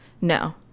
no